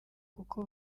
kuko